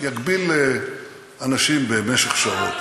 יגביל אנשים במשך שעות.